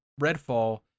Redfall